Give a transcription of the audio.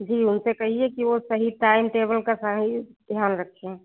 जी उनसे कहिए कि वह सही टाइम टेबल का सही ध्यान रखें